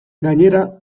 gainera